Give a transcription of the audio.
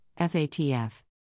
FATF